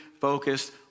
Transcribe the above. focused